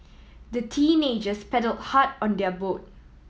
the teenagers paddled hard on their boat